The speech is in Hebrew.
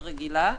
הרגילה,